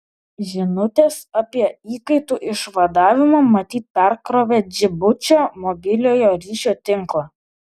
žinutės apie įkaitų išvadavimą matyt perkrovė džibučio mobiliojo ryšio tinklą